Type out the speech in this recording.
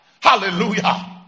hallelujah